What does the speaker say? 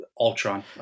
Ultron